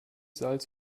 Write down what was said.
salz